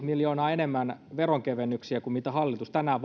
miljoonaa enemmän veronkevennyksiä kuin mitä hallitus tänään